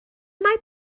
mae